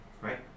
Right